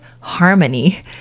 harmony